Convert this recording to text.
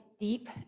deep